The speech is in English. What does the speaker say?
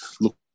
look